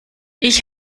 ich